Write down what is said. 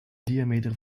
diameter